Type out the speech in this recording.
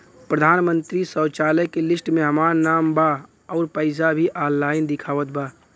प्रधानमंत्री शौचालय के लिस्ट में हमार नाम बा अउर पैसा भी ऑनलाइन दिखावत बा